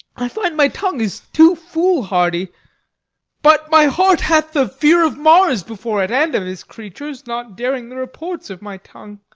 i find my tongue is too foolhardy but my heart hath the fear of mars before it, and of his creatures, not daring the reports of my tongue.